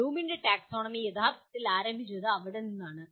ബ്ലൂമിന്റെ taxonomy യഥാർത്ഥത്തിൽ ആരംഭിച്ചത് അവിടെ നിന്നാണ്